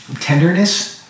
tenderness